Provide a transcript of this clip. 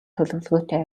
төлөвлөгөөтэй